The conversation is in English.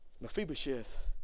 Mephibosheth